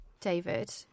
david